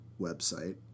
website